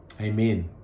amen